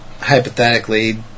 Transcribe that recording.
hypothetically